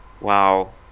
wow